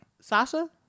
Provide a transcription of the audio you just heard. Sasha